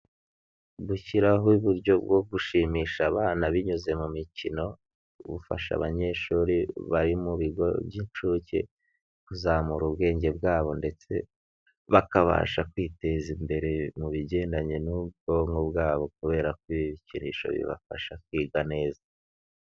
Gushyiraho uburyo bwo gushimisha abana binyuze mu mikino, bufasha abanyeshuri bari mu bigo by'incuke, kuzamura ubwenge bwabo ndetse bakabasha kwiteza imbere mu bigendanye n'ubwonko bwabo, kubera ko ibikinisho bibafasha kwiga neza.